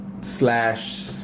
slash